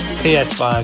ps5